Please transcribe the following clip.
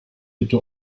bitte